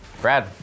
Brad